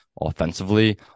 offensively